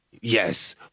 Yes